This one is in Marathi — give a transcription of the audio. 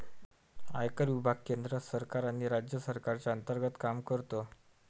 आयकर विभाग केंद्र सरकार आणि राज्य सरकारच्या अंतर्गत काम करतो